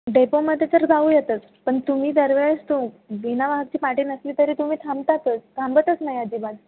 डेपोमध्ये तर जाऊयातच पण तुम्ही दरवेळेस तू बिना वाहकची पाटी नसली तरी तुम्ही थांबतातच थांबतच नाही अजिबात